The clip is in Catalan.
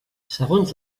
segons